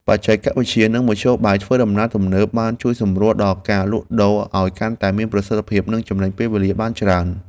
បច្ចេកវិទ្យានិងមធ្យោបាយធ្វើដំណើរទំនើបបានជួយសម្រួលដល់ការលក់ដូរឱ្យកាន់តែមានប្រសិទ្ធភាពនិងចំណេញពេលវេលាបានច្រើន។